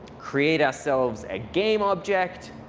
create ourselves a game object,